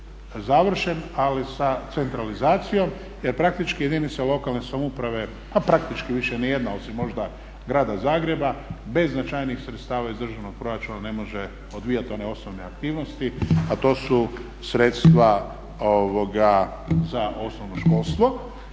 završen ali sa centralizacijom jer praktički jedinice lokalne samouprave, a praktički više ni jedna osim možda Grada Zagreba bez značajnijih sredstava iz državnog proračuna ne može odvijati one osnovne aktivnosti a to su sredstva za osnovno školstvo.